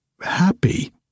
happy